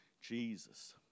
Jesus